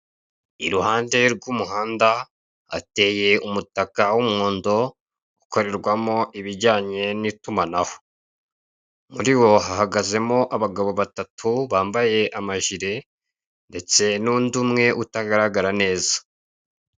Iruhande rw'umuhanda hateye umutaka w'umuhondo ukorerwamo ibijyanye n'itumanaho, muriwo hahagazemo abagabo batatu bambaye amajire ndetse n'undi umwe utagaragara neza.